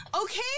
Okay